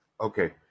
Okay